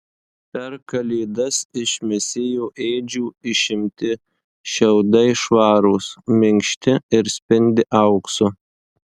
per kalėdas iš mesijo ėdžių išimti šiaudai švarūs minkšti ir spindi auksu